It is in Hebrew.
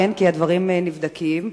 כי הדברים נבדקים,